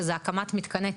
שזה הקמת מתקני טיפול,